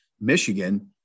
Michigan